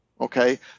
Okay